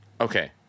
Okay